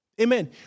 Amen